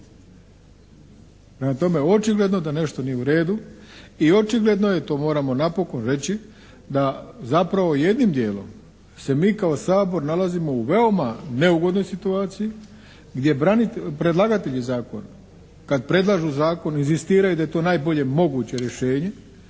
tome, očigledno da nešto nije u redu i očigledno je, to moramo napokon reći, da zapravo jednim dijelom se mi kao Sabor nalazimo u veoma neugodnoj situaciji gdje predlagatelji zakona kad predlažu zakon inzistiraju da je to najbolje moguće rješenje